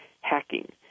hacking